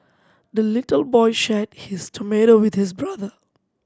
the little boy shared his tomato with his brother